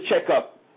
checkup